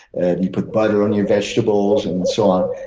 and you put butter on your vegetables and so on.